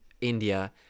India